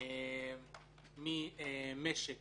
ממשק